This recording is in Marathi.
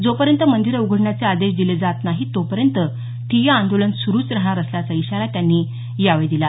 जोपर्यंत मंदिरं उघडण्याचे आदेश दिले जात नाहीत तोपर्यंत ठिय्या आंदोलन सुरूच राहणार असल्याचा इशारा त्यांनी यावेळी दिला